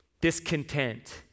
discontent